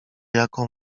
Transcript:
jaką